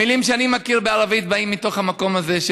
המילים שאני מכיר בערבית באות מתוך המקום הזה: